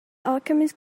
alchemist